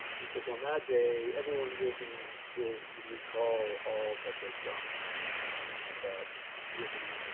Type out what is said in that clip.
he says on that day, everyone will be, will recall all that they've done and that you'll be